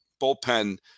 bullpen